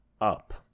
up